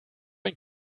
ein